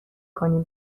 کنیم